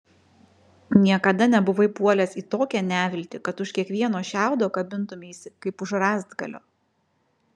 niekada nebuvai puolęs į tokią neviltį kad už kiekvieno šiaudo kabintumeisi kaip už rąstgalio